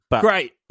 Great